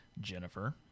Jennifer